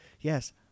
yes